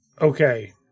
Okay